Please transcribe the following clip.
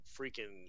freaking